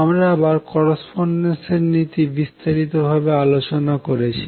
আমরা আবার করস্পোন্ডেস এর নীতি বিস্তারিত ভাবে আলোচনা করেছি